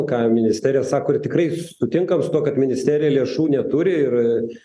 ką ministerija sako ir tikrai sutinkam su tuo kad ministerija lėšų neturi ir